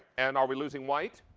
and are we losing white?